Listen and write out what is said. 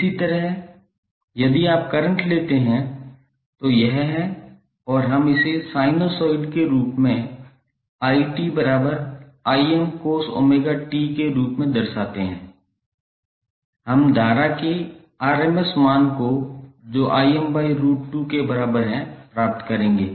इसी तरह यदि आप करंट लेते हैं तो यह है और हम इसे साइनसॉइड के रूप में 𝑖𝑡cos𝜔𝑡 के रूप में दर्शाते हैं हम धारा के rms मान को जो √2 के बराबर है प्राप्त करेंगे